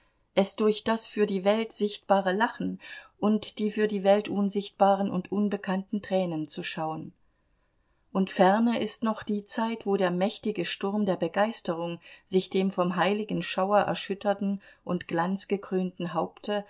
es durch das für die welt sichtbare lachen und die für die welt unsichtbaren und unbekannten tränen zu schauen und ferne ist noch die zeit wo der mächtige sturm der begeisterung sich dem vom heiligen schauer erschütterten und glanzgekrönten haupte